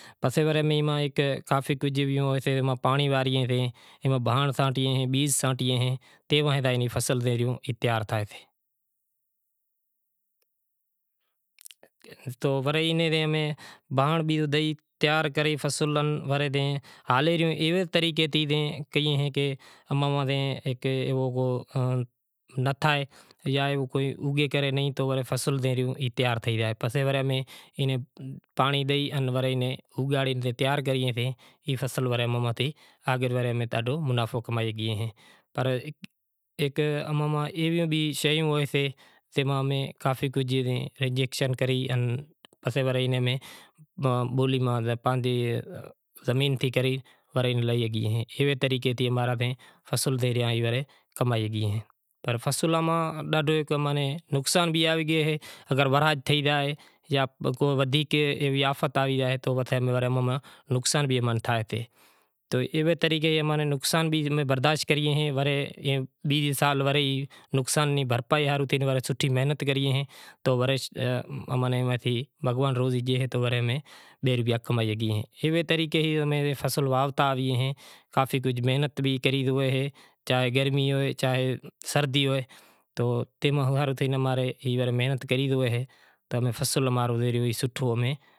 پسے ورے بیز وارییں بھانڑ ساٹئیں تے وری زائے فصل زکو تھیو تیار تھائے۔ تو ورے بھانڑ بیز تیار کرے فصل ہالریو فصل رے ایوو کو اگے کرے نئیں تو فصل جکو ریو تیار تھائے۔ پر ہک اماں ماں ایویوں بھی شیوں ہوئیسیں جے ماں کافی رجیکشن کرے پسے ایوے طریقے تی امارا فصل جکو تھائیں اوئے ماں کامیابی اے۔ فصل ماں اماں نیں ڈاڈھو نقصان بھی آوے گیو تے ماں گزارو تھے محنت کری ریو تے ماں فصل اماں رو سوٹھو